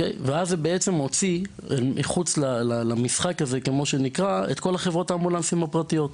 זה בעצם הוציא אל מחוץ למשחק הזה את כל חברות האמבולנסים הפרטיות.